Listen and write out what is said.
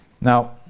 Now